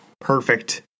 perfect